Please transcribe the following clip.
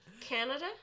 Canada